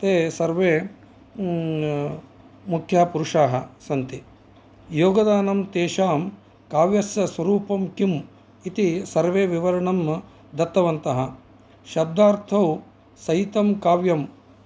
ते सर्वे मुख्यपुरुषाः सन्ति योगदानं तेषां काव्यस्य स्वरूपं किम् इति सर्वे विवरणं दत्तवन्तः शब्दार्थौ सहितं काव्यम्